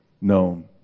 known